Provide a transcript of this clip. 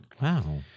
Wow